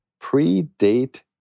predate